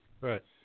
Right